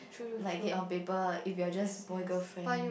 like it on paper if you're just boy girl friend